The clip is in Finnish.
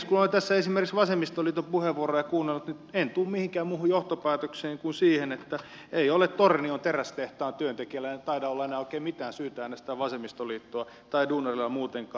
kun olen tässä esimerkiksi vasemmistoliiton puheenvuoroja kuunnellut niin en tule mihinkään muuhun johtopäätökseen kuin siihen että ei tornion terästehtaan työntekijöillä taida olla enää oikein mitään syytä äänestää vasemmistoliittoa tai duunareilla muutenkaan